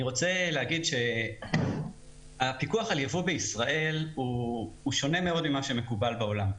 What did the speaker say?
אני רוצה להגיד שהפיקוח על יבוא בישראל הוא שונה מאוד ממה שמקובל בעולם.